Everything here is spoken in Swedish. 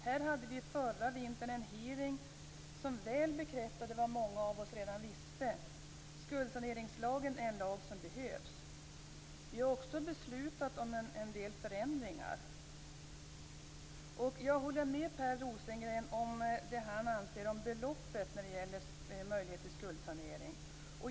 Här hade vi förra vintern en hearing som väl bekräftade vad många av oss redan visste: Skuldsaneringslagen är en lag som behövs. Vi har också beslutat om en del förändringar. Jag håller med om det Per Rosengren anser om beloppet när det gäller möjlighet till skuldsanering.